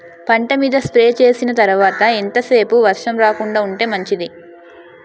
పంట మీద స్ప్రే చేసిన తర్వాత ఎంత సేపు వర్షం రాకుండ ఉంటే మంచిది?